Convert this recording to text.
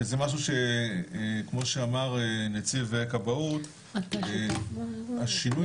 וזה משהו שכמו שאמר נציב הכבאות, שינוי